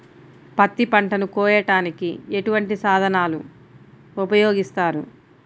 పత్తి పంటను కోయటానికి ఎటువంటి సాధనలు ఉపయోగిస్తారు?